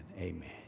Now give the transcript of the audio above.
Amen